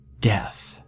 Death